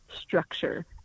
structure